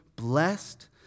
Blessed